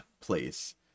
place